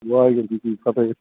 ਵਾਹਿਗੁਰੂ ਜੀ ਕੀ ਫਤਿਹ